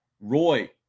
Roy